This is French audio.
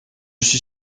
suis